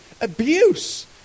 abuse